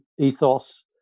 ethos